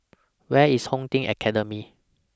Where IS Home Team Academy